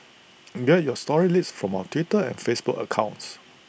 get your story leads from our Twitter and Facebook accounts